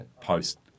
post